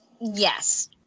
Yes